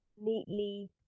neatly